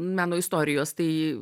meno istorijos tai